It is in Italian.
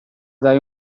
dai